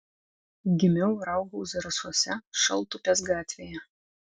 gimiau ir augau zarasuose šaltupės gatvėje